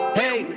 hey